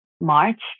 March